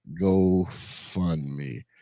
GoFundMe